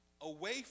away